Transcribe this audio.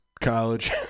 college